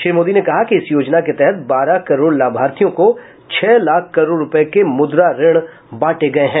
श्री मोदी ने कहा कि इस योजना के तहत बारह करोड़ लाभार्थियों को छह लाख करोड़ रूपये के मुद्रा ऋण बांटे गये हैं